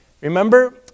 remember